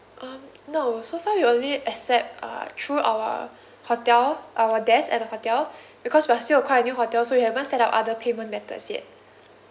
um no so far we only accept uh through our hotel our desk at the hotel because we are still a quite a new hotel so we haven't set up other payment methods yet